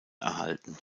erhalten